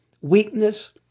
weakness